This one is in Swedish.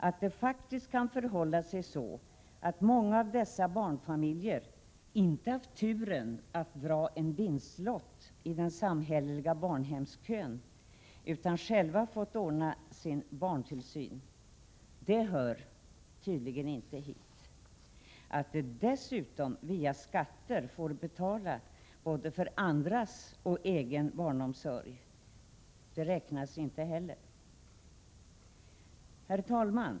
Att det faktiskt kan förhålla sig så att många barnfamiljer inte haft turen att dra en vinstlott i den samhälleliga daghemskön utan själva fått ordna sin barntillsyn, det hör tydligen inte hit. Att de dessutom via skatter får betala både andras och egen barnomsorg, räknas inte heller. Herr talman!